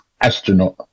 astronaut